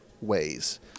ways